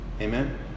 Amen